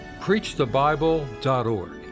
PreachTheBible.org